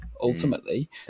ultimately